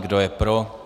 Kdo je pro?